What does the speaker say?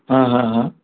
हा हा हा